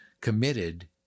committed